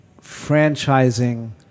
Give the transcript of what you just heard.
franchising